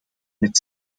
met